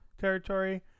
territory